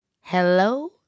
Hello